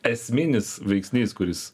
esminis veiksnys kuris